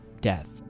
death